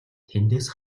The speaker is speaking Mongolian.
тэндээс